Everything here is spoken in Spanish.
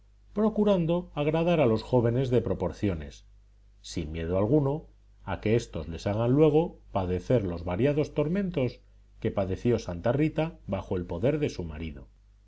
procurando agradar a los jóvenes de proporciones sin miedo alguno a que éstos les hagan luego padecer los variados tormentos que padeció santa rita bajo el poder de su marido